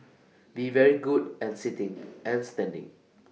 be very good and sitting and standing